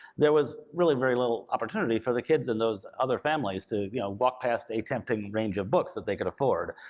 there was really very little opportunity for the kids in those other families to you know walk past a tempting range of books that they could afford.